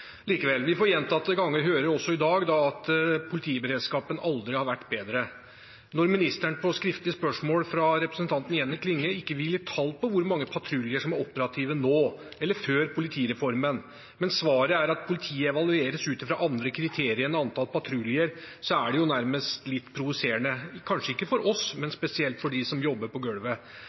Likevel: Vi får gjentatte ganger høre – også i dag – at politiberedskapen aldri har vært bedre. Når statsråden på skriftlig spørsmål fra representanten Jenny Klinge ikke vil gi tall på hvor mange patruljer som er operative nå eller før politireformen, men svarer at politiet evalueres ut fra andre kriterier enn antall patruljer, er det nærmest litt provoserende – kanskje ikke for oss, men spesielt for dem som jobber på gulvet.